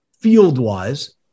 field-wise